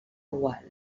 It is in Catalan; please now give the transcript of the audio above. gual